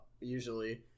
usually